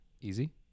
easy